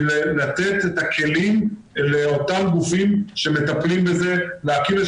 היא לתת את הכלים לאותם גופים שמטפלים בזה להקים איזה